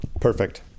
Perfect